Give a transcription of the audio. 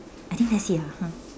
I think that's it ah !huh!